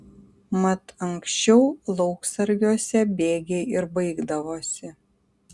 mat anksčiau lauksargiuose bėgiai ir baigdavosi